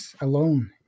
alone